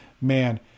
man